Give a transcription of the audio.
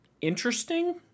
interesting